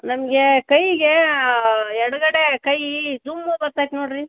ನಮಗೆ ಕೈಗೆ ಎಡಗಡೆ ಕೈ ಜುಮ್ಮು ಬರ್ತೈತೆ ನೋಡಿರಿ